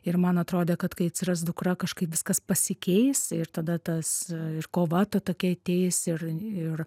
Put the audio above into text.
ir man atrodė kad kai atsiras dukra kažkaip viskas pasikeis ir tada tas ir kova ta tokia ateis ir ir